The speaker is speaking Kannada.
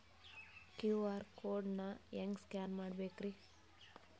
ಕ್ಯೂ.ಆರ್ ಕೋಡ್ ನಾ ಹೆಂಗ ಸ್ಕ್ಯಾನ್ ಮಾಡಬೇಕ್ರಿ?